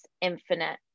infinite